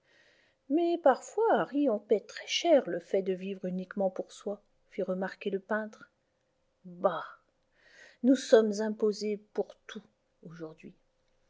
mais parfois harry on paie très cher le fait de vivre uniquement pour soi fit remarquer le peintre bah nous sommes imposés pour tout aujourd'hui